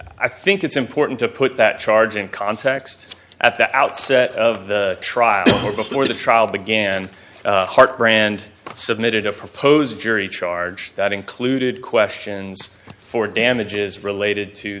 i think it's important to put that charge in context at the outset of the trial before the trial began heart brand submitted a proposed jury charge that included questions for damages related to